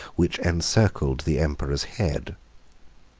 which encircled the emperor's head.